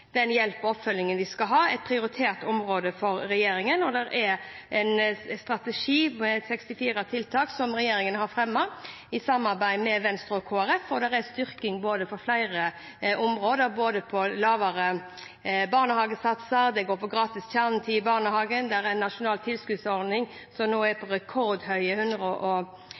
hjelp og oppfølging de skal ha, prioritert område for regjeringen. Det er en strategi med 64 tiltak som regjeringen har fremmet i samarbeid med Venstre og Kristelig Folkeparti. Det er styrking på flere områder, både lavere barnehagesatser og gratis kjernetid i barnehagen. Det er en nasjonal tilskuddsordning som nå er på rekordhøye 198 mill. kr, som også skal være med og